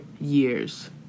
years